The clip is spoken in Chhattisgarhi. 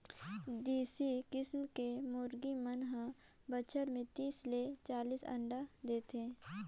देसी किसम के मुरगी मन हर बच्छर में तीस ले चालीस अंडा देथे